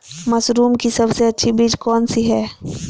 Mushroom की सबसे अच्छी बीज कौन सी है?